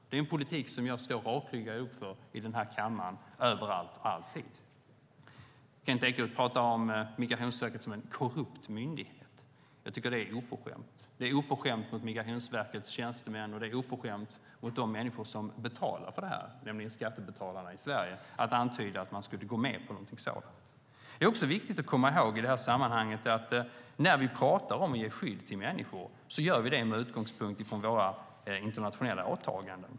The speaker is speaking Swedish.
Det är en politik som jag står rakryggad upp för i den här kammaren, överallt och alltid. Kent Ekeroth talar om Migrationsverket som en korrupt myndighet. Jag tycker att det är oförskämt. Det är oförskämt mot Migrationsverkets tjänstemän och det är oförskämt mot de människor som betalar för det, nämligen skattebetalarna i Sverige, att antyda att de skulle gå med på någonting sådant. Det är dessutom i detta sammanhang viktigt att komma ihåg att när vi talar om att ge skydd till människor gör vi det med utgångspunkt från våra internationella åtaganden.